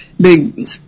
big